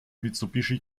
mitsubishi